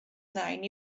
nain